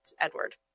Edward